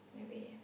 maybe